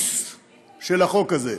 הבסיס של החוק הזה,